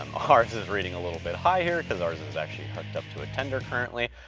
ours is rating a little bit higher because ours and is actually up to a tender currently,